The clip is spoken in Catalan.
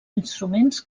instruments